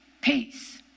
Peace